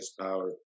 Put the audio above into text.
Power